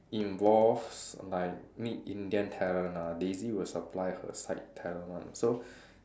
involves like meet Indian talent ah Daisy will supply her side talent one so